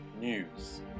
News